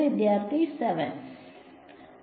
വിദ്യാർത്ഥി 7